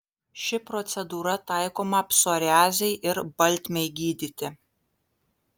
ši procedūra taikoma psoriazei ir baltmei gydyti